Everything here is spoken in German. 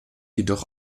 jedoch